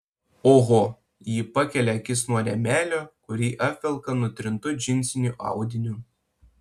oho ji pakelia akis nuo rėmelio kurį apvelka nutrintu džinsiniu audiniu